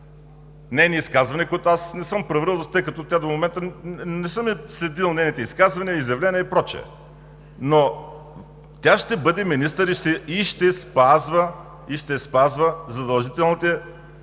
нейни изказвания, които аз не съм проверил, тъй като не съм следил нейните изказвания, изявления и прочее, но тя ще бъде министър и ще спазва задължителните